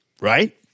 Right